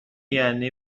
یعنی